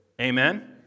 Amen